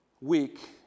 week